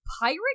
pirate